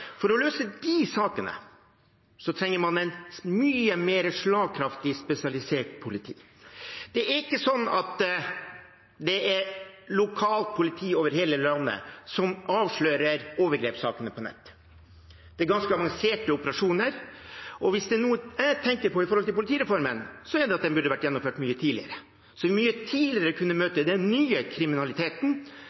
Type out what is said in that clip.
er ikke slik at det er lokalt politi over hele landet som avslører overgrepssakene på nett. Det er ganske avanserte operasjoner, og hvis det er noe jeg tenker på når det gjelder politireformen, er det at den burde ha vært gjennomført mye tidligere – slik at vi mye tidligere kunne ha møtt den nye kriminaliteten